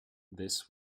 this